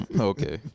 Okay